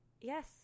yes